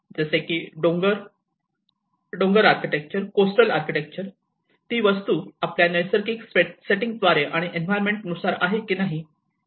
जसे की डोंगर आर्किटेक्चर कोस्टल आर्किटेक्चर ती वस्तू आपल्या नैसर्गिक सेटिंग्जद्वारे आणि एन्व्हायरमेंट नुसार आहे की नाही